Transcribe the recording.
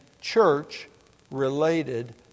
church-related